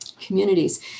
communities